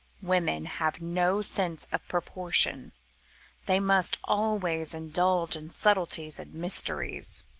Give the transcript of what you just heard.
women have no sense of proportion they must always indulge in subtleties and mysteries.